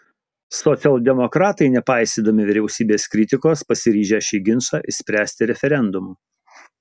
socialdemokratai nepaisydami vyriausybės kritikos pasiryžę šį ginčą išspręsti referendumu